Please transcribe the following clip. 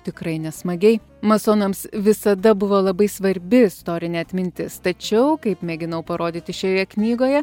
tikrai nesmagiai masonams visada buvo labai svarbi istorinė atmintis tačiau kaip mėginau parodyti šioje knygoje